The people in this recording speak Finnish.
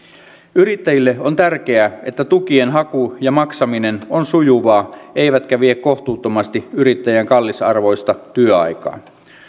yrittäjille on tärkeää että tukien haku ja maksaminen on sujuvaa eikä vie kohtuuttomasti yrittäjän kallisarvoista työaikaa